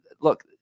Look